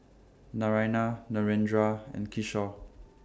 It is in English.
Naraina Narendra and Kishore